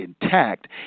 intact